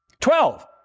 Twelve